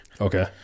Okay